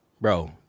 bro